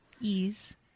Ease